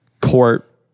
court